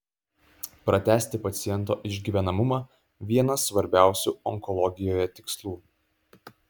pratęsti paciento išgyvenamumą vienas svarbiausių onkologijoje tikslų